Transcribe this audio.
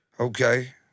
Okay